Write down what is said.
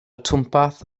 twmpath